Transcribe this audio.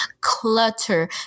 clutter